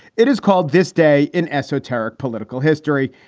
it is called this day in esoteric political history.